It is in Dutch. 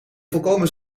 volkomen